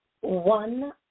one